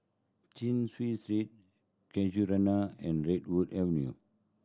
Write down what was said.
Chin Chew Street Casuarina and Redwood Avenue